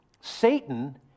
Satan